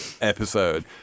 Episode